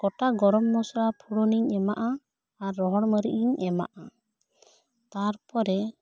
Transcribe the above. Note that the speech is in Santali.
ᱜᱚᱴᱟ ᱜᱚᱨᱚᱢ ᱢᱚᱥᱚᱞᱟ ᱯᱷᱚᱲᱚᱱ ᱤᱧ ᱮᱢᱟᱜᱼᱟ ᱟᱨ ᱨᱚᱦᱚᱲ ᱢᱟᱹᱨᱤᱡᱽ ᱤᱧ ᱮᱢᱟᱜᱼᱟ ᱛᱟᱨᱯᱚᱨᱮ